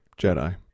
Jedi